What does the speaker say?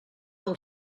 del